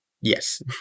Yes